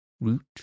root